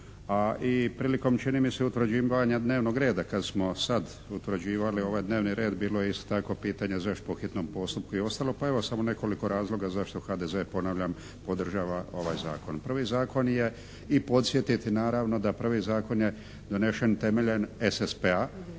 a i prilikom čini mi se utvrđivanja dnevnog rada kada smo sada utvrđivali ovaj dnevni red bilo je isto tako pitanje zašto po hitnom postupku i ostalo, pa evo samo nekoliko razloga zašto HDZ ponavljam, podržava ovaj zakon. Prvi zakon je i podsjetiti naravno da prvi zakon je donesen temeljem SSP-a